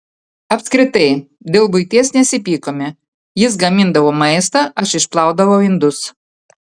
apskritai dėl buities nesipykome jis gamindavo maistą aš išplaudavau indus